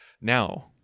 Now